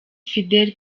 fidèle